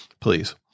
please